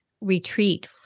retreat